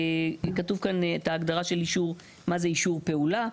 כתוב כאן את ההגדרה של אישור, מה זה אישור פעולה.